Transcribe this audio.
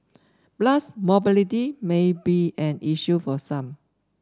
plus mobility may be an issue for some